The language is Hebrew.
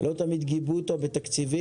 לא תמיד גיבו אותו בתקציבים.